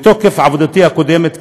מתוקף עבודתי הקודמת,